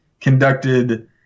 conducted